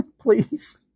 please